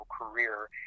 career